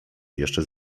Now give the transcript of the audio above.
jeszcze